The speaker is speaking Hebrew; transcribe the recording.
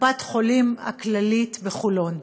קופת-חולים "כללית" בחולון.